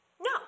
No